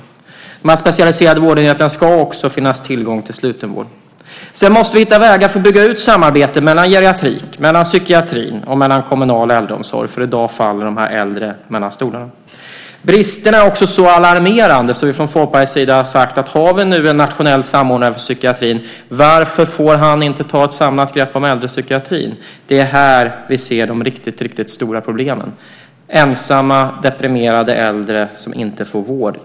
På de här specialiserade vårdenheterna ska det också finnas tillgång till sluten vård. Vi måste också hitta vägar för att bygga ut samarbete mellan geriatrik, psykiatri och kommunal äldreomsorg, för i dag faller dessa äldre mellan stolarna. Bristerna är också så alarmerande att vi från Folkpartiets sida har sagt att när vi nu har en nationell samordnare för psykiatrin - varför får han då inte ta ett samlat grepp om äldrepsykiatrin? Det är här vi ser de riktigt stora problemen: ensamma, deprimerade äldre som inte får vård.